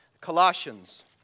Colossians